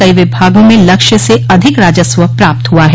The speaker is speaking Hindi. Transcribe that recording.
कई विभागों में लक्ष्य से अधिक राजस्व प्राप्त हुआ है